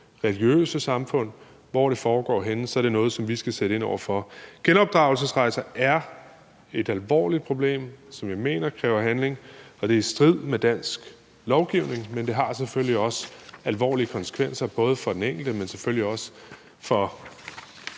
religiøse samfund. Uanset hvor det foregår henne, er det noget, som vi skal sætte ind over for. Genopdragelsesrejser er et alvorligt problem, som jeg mener kræver handling, og det er i strid med dansk lovgivning, men det har selvfølgelig også alvorlige konsekvenser, både for den enkelte, men selvfølgelig også,